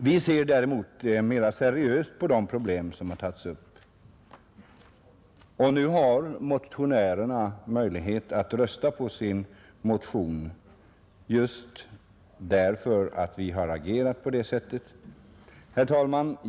Vi ser däremot mera seriöst på dessa problem, och nu har motionärerna möjlighet att rösta på sin motion just därför att vi har agerat på detta sätt. Herr talman!